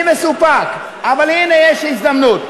אני מסופק, אבל הנה יש הזדמנות.